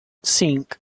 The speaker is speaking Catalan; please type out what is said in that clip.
cinc